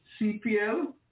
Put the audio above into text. CPL